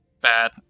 bad